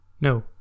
no